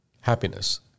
happiness